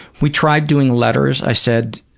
we tried doing letters. i said,